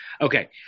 Okay